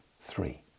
Three